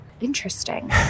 Interesting